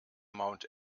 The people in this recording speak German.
mount